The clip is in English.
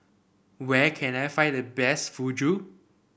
where can I find the best Fugu